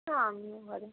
হ্যাঁ আমিও ঘরে